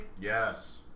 Yes